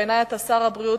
בעיני אתה שר הבריאות,